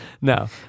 No